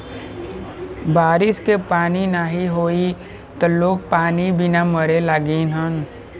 बारिश के पानी नाही होई त लोग पानी बिना मरे लगिहन